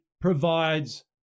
provides